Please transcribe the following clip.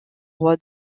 roi